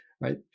right